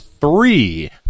three